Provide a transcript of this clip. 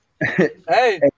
Hey